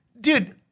dude